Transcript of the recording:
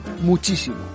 muchísimo